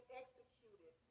executed